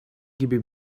gibi